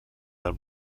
del